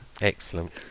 excellent